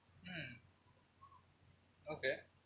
mm okay